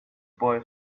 boy